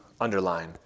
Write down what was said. underline